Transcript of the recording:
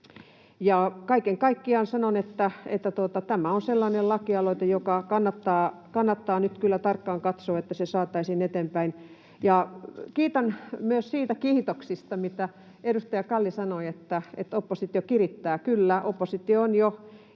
kaiken kaikkiaan sanon, että tämä on sellainen lakialoite, joka kannattaa nyt kyllä tarkkaan katsoa, että se saataisiin eteenpäin. Kiitän myös niistä kiitoksista, mitä edustaja Kalli sanoi, että oppositio kirittää. Kyllä, oppositio on jo